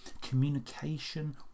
Communication